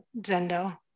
zendo